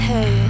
Hey